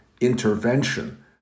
intervention